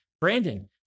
Brandon